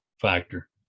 factor